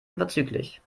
unverzüglich